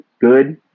good